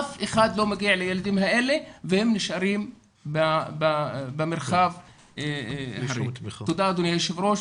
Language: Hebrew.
אף אחד לא מגיע לילדים האלה והם נשארים במרחב --- תודה אדוני היו"ר.